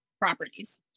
properties